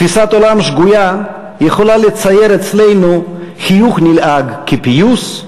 תפיסת עולם שגויה יכולה לצייר אצלנו חיוך נלעג כפיוס,